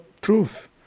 truth